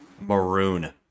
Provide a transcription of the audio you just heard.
maroon